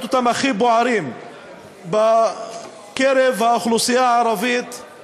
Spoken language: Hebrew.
אותם הכי בוערים בקרב האוכלוסייה הערבית בשנים